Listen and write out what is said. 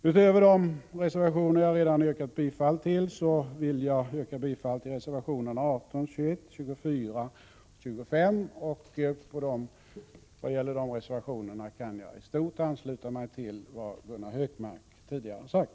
Utöver de reservationer som jag redan har yrkat bifall till vill jag yrka bifall till reservationerna 18, 21, 24 och 25. När det gäller dessa reservationer kan jag i stort ansluta mig till vad Gunnar Hökmark tidigare har sagt.